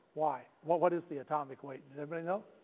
why? what what is the atomic weight, does anybody know?